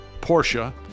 Porsche